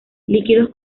líquidos